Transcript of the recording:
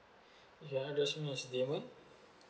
ya address me as damon